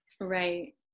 Right